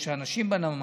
או אנשים בנמל,